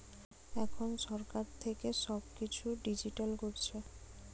এখন সরকার থেকে সব কিছু ডিজিটাল করছে